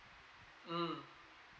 mm